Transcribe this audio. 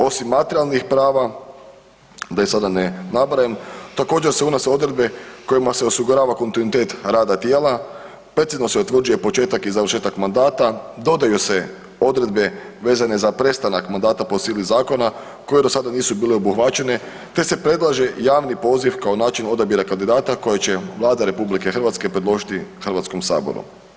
Osim materijalnih prava da ih sada ne nabrajam, također se unose odredbe kojima se osigurava kontinuitet rada tijela, precizno se utvrđuje početak i završetak mandata, dodaju se odredbe vezane za prestanak mandata po sili zakona koje do sada nisu bile obuhvaćene te se predlaže javni poziv kao način odabira kandidata koje će Vlada RH predložiti Hrvatskom saboru.